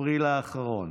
אפריל האחרון.